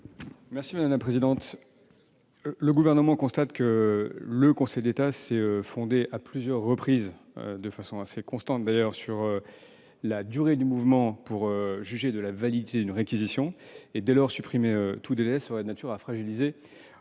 l'avis du Gouvernement ? Le Gouvernement constate que le Conseil d'État s'est fondé à plusieurs reprises et de façon assez constante sur la durée du mouvement pour juger de la validité d'une réquisition et, dès lors, supprimer tout délai qui serait de nature à fragiliser